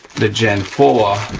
the gen four